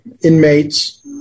inmates